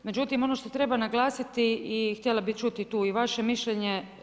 Međutim, ono što treba naglasiti i htjela bi čuti tu i vaše mišljenje.